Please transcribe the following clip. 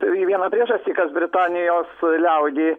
į vieną priežastį kad britanijos liaudį